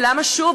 ולמה שוב?